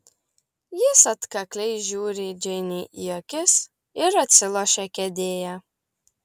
jis atkakliai žiūri džeinei į akis ir atsilošia kėdėje